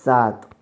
सात